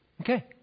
okay